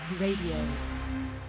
Radio